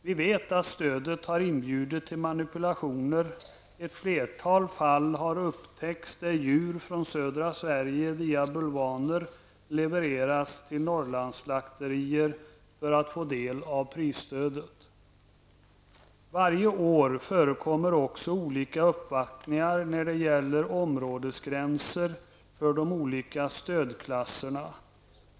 Vi vet att stödet har inbjudit till manipulationer. Ett flertal fall har upptäckts där djur från södra Sverige via bulvaner levererats till Norrlandsslakterier för att man skall få del av prisstödet. Varje år förekommer också olika uppvaktningar när det gäller områdesgränserna för de olika stödklasserna.